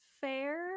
fair